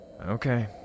Okay